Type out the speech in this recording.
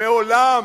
מעולם